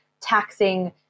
taxing